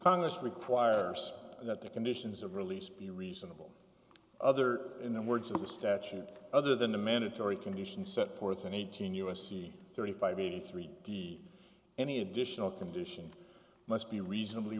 congress requires that the conditions of release be reasonable other in the words of the statute other than a mandatory condition set forth in eighteen u s c thirty five eighty three d any additional condition must be reasonably